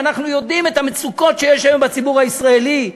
שאנחנו יודעים את המצוקות שיש בציבור הישראלי,